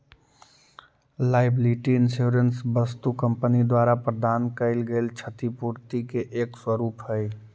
liability insurance वस्तु company द्वारा प्रदान कैइल गेल क्षतिपूर्ति के एक स्वरूप हई